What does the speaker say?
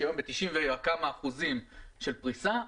שהיום יש בה 90 וכמה אחוזים של פריסה,